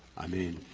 i mean,